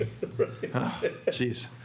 Jeez